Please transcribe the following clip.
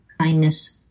kindness